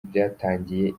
byatangiye